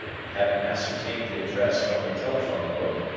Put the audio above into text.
and having ascertained the address from the telephone book,